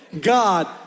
god